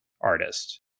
artist